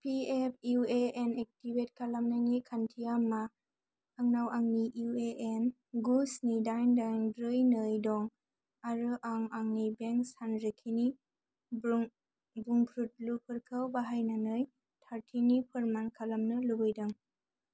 PF UAN activate खालामनायनि खान्थिया मा आंनाव आंनि इउएएन गु स्नि दाइन दाइन ब्रै नै दं आरो आं आंनि बेंक सानरिखिनि बुंफ्रुदलुफोरखौ बाहायनानै थारथि फोरमान खालामनो लुबैदों